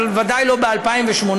אבל ודאי לא ב-2018.